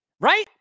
right